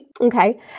Okay